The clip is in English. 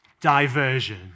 diversion